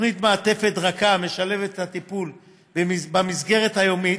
תוכנית מעטפת רכה המשלבת את הטיפול במסגרת היומית,